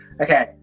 Okay